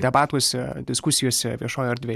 debatuose diskusijose viešojoj erdvėj